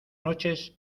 noches